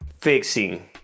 fixing